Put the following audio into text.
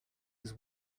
his